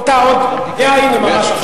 אתה עוד, הנה, ממש עכשיו.